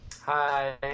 Hi